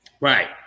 right